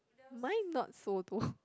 mine not so though